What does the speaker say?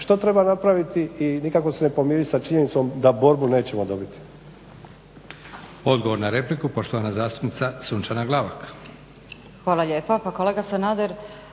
što treba napraviti i nikako se ne pomiriti sa činjenicom da borbu nećemo dobiti.